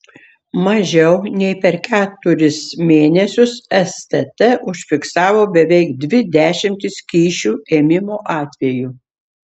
mažiau nei per keturis mėnesius stt užfiksavo beveik dvi dešimtis kyšių ėmimo atvejų